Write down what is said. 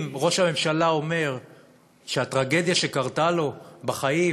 אם ראש הממשלה אומר שהטרגדיה שקרתה לו בחיים